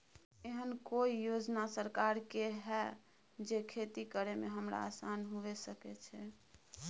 एहन कौय योजना सरकार के है जै खेती करे में हमरा आसान हुए सके छै?